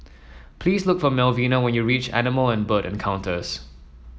please look for Melvina when you reach Animal and Bird Encounters